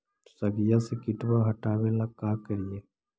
सगिया से किटवा हाटाबेला का कारिये?